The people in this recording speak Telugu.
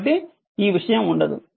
కాబట్టి ఈ విషయం ఉండదు